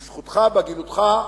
בזכותך, בעדינותך,